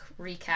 recap